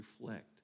reflect